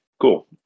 Cool